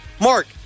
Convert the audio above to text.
Mark